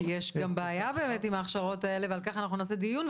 יש גם בעיה בהכשרות האלה, ועל כך נערוך דיון.